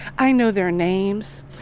i know their names,